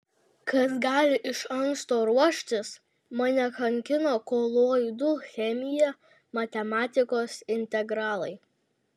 kas gali iš anksto ruoštis mane kankino koloidų chemija matematikos integralai